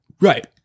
Right